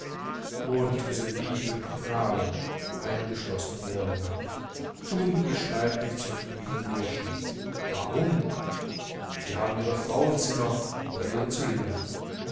und diese lieben knaben eingeschlossen girlinger unbeschreiblich zufriedene burschen warum sie haben ihre frauenzimmer oder ihren cylinder